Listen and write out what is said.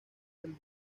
del